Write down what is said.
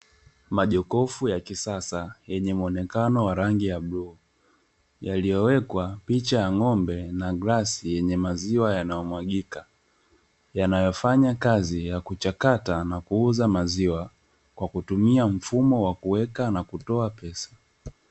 Majokofu ya kisasa yenye mwonekano wa rangi ya bluu, yaliyowekwa picha ya ng'ombe na glasi yenye maziwa yanayomwagika. Yanayofanya kazi ya kuchakata na kuuza maziwa kwa kutumia mfumo wa kuweka na kutoa pesa.